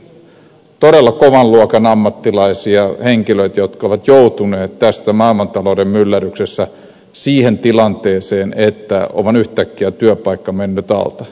kyseessä ovat todella kovan luokan ammattilaiset henkilöt jotka ovat joutuneet tässä maailmantalouden myllerryksessä siihen tilanteeseen että on vain yhtäkkiä työpaikka mennyt alta